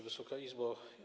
Wysoka Izbo!